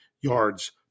yards